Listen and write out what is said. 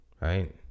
right